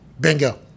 bingo